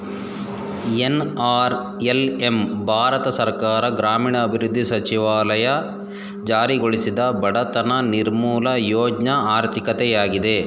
NRLM ಭಾರತ ಸರ್ಕಾರ ಗ್ರಾಮೀಣಾಭಿವೃದ್ಧಿ ಸಚಿವಾಲಯ ಜಾರಿಗೊಳಿಸಿದ ಬಡತನ ನಿರ್ಮೂಲ ಯೋಜ್ನ ಆರ್ಥಿಕತೆಯಾಗಿದೆ